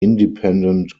independent